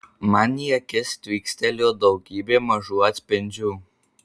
man į akis tvykstelėjo daugybė mažų atspindžių